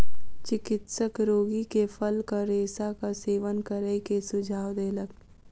चिकित्सक रोगी के फलक रेशाक सेवन करै के सुझाव देलक